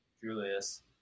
Julius